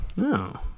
No